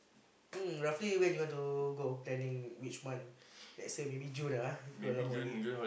um roughly when you want to go planning which month lets say maybe June ah ah if got a lot money